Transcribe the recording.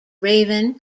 raven